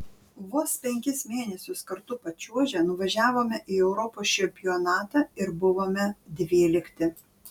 vos penkis mėnesius kartu pačiuožę nuvažiavome į europos čempionatą ir buvome dvylikti